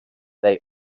they